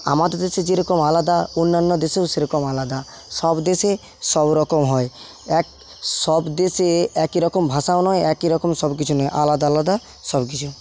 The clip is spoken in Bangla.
আমাদের দেশে যেরকম আলাদা অন্যান্য দেশেও সেরকম আলাদা সব দেশে সব রকম হয় এক সব দেশে একই রকম ভাষাও নয় একই রকম সব কিছু নয় আলাদা আলাদা সব কিছু